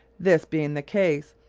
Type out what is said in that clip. this being the case,